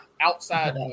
outside